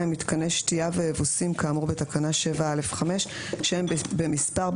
מתקני שתיה ואבוסים כאמור בתקנה 7(א)(5) שהם במספר,